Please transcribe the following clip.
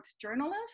journalist